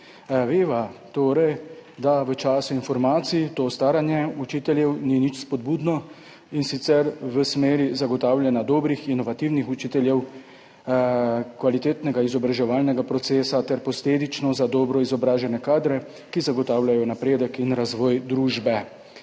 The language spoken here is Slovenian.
Veva torej, da v času informacij to staranje učiteljev ni nič spodbudno, in sicer v smeri zagotavljanja dobrih, inovativnih učiteljev, kvalitetnega izobraževalnega procesa ter posledično za dobro izobražene kadre, ki zagotavljajo napredek in razvoj družbe.